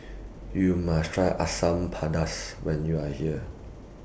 YOU must Try Asam Pedas when YOU Are here